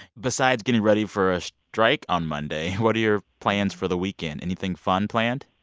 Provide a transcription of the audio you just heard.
besides getting ready for a strike on monday, what are your plans for the weekend? anything fun planned?